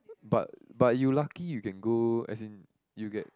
but but you lucky you can go as in you get